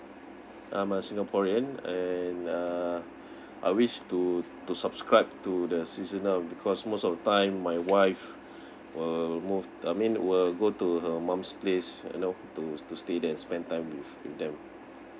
I'm a singaporean and uh I wish to to subscribe to the seasonal because most of the time my wife will move I mean will go to her mom's place you know to to stay and spend time with them